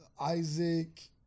Isaac